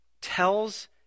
tells